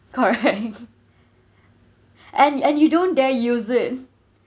correct and and you don't dare use it